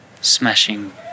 smashing